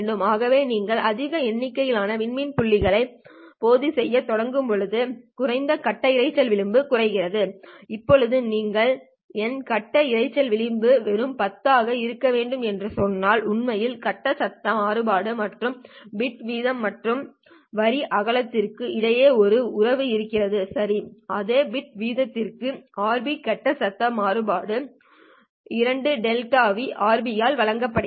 ஆகவே நீங்கள் அதிக எண்ணிக்கையிலான விண்மீன் புள்ளிகளில் பொதி செய்யத் தொடங்கும் போது குறைந்த கட்ட இரைச்சல் விளிம்பு குறைகிறது இப்போது நீங்கள் என் கட்ட இரைச்சல் விளிம்பு வெறும் 10 ஆக இருக்க வேண்டும் என்று சொன்னால் உண்மையில் கட்ட சத்தம் மாறுபாடு மற்றும் பிட் வீதம் மற்றும் வரி அகலத்திற்கும் இடையே ஒரு உறவு இருக்கிறது சரி அதே பிட் வீதத்திற்கு Rb கட்ட சத்தம் மாறுபாடு 2Δν Rb ஆல் வழங்கப்படுகிறது